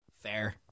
Fair